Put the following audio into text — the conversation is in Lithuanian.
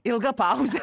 ilga pauzė